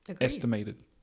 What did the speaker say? estimated